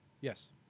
yes